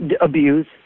abuse